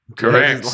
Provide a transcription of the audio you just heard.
Correct